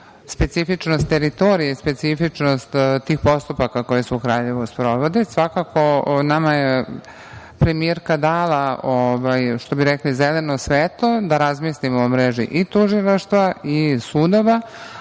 specifičnost teritorije, specifičnost tih postupaka koji se u Kraljevu sprovode. Svakako, nama je premijerka dala, što bi rekli, zeleno svetlo da razmislimo o mreži i tužilaštva i sudova,